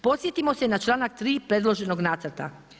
Podsjetimo se na članak 3. predloženog nacrta.